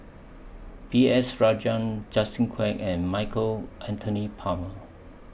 B S Rajhans Justin Quek and Michael Anthony Palmer